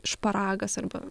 šparagas arba